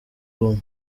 ubumwe